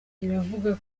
iravuga